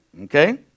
Okay